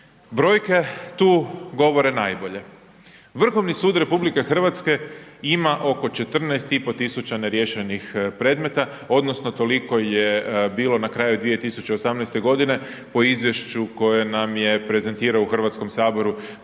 Brojke tu govore najbolje. Vrhovni sud RH ima oko 14,500 neriješenih predmeta odnosno toliko je bilo na kraju 2018. g. po izvješću koje nam je prezentirao u Hrvatskom saboru